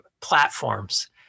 platforms